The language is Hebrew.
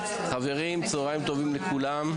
צהרים טובים לכולם.